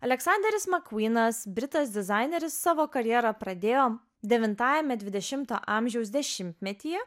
aleksanderis mcqueen britas dizaineris savo karjerą pradėjo devintajame dvidešimto amžiaus dešimtmetyje